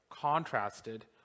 contrasted